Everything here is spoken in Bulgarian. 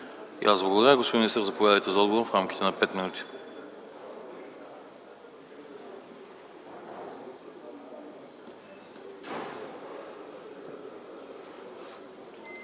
И аз благодаря. Господин министър, заповядайте за отговор в рамките на 5 минути.